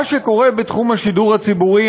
מה שקורה בתחום השידור הציבורי,